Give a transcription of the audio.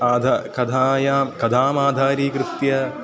आध कथायां कथामाधारीकृत्य